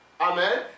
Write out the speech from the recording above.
Amen